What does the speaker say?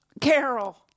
Carol